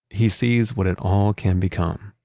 he sees what it all can become